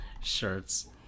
shirts